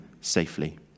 safely